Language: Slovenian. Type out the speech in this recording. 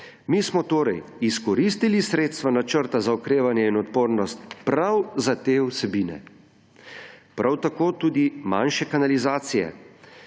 Mi smo torej izkoristili sredstva načrta Na okrevanje in odpornost prav za te vsebine, prav tako tudi manjše kanalizacije.